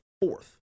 fourth